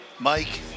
Mike